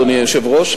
אדוני היושב-ראש?